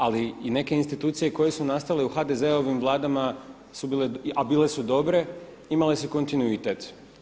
Ali i neke institucije koje su nastale u HDZ-ovim vladama su bile, a bile su dobre imale su kontinuitet.